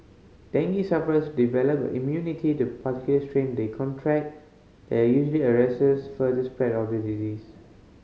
dengue sufferers develop an immunity to particular strain they contract that usually arrests further spread of the disease